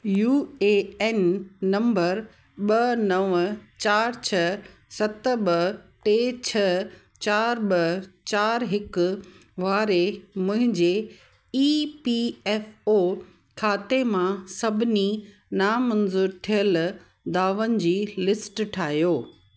U A N number ॿ नव चारि छह सत ॿ टे छह चारि ॿ चारि हिकु वारे मुंहिंजे ई पी एफ ओ खाते मां सभिनी ना मंजूर थियल दावनि जी लिस्ट ठाहियो